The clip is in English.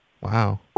Wow